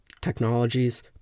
technologies